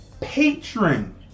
patron